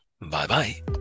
Bye-bye